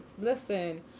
Listen